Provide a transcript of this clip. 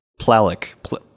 Plalic